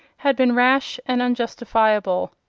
had been rash and unjustifiable.